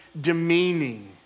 demeaning